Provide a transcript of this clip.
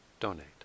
donate